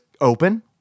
open